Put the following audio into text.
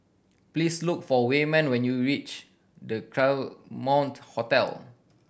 please look for Wayman when you reach The Claremont Hotel